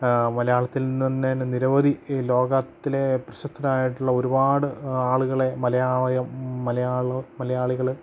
മലയാളത്തിൽത്തന്നെ നിരവധി ഈ ലോകത്തിലെ പ്രശസ്തരായിട്ടുള്ള ഒരുപാട് ആളുകളെ മലയാളം മലയാളികള്